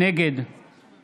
נגד זאב